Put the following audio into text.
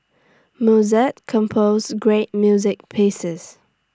Mozart composed great music pieces